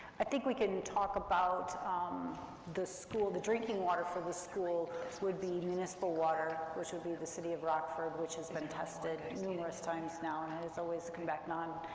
i think we can talk about um the school, the drinking water for the school would be municipal water, which would be the city of rockford, which has been tested and numerous times now, and it has always come back um